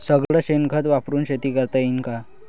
सगळं शेन खत वापरुन शेती करता येईन का?